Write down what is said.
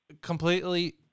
completely